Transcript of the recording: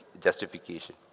Justification